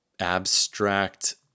Abstract